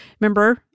remember